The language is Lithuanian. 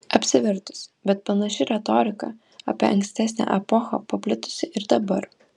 apsivertusi bet panaši retorika apie ankstesnę epochą paplitusi ir dabar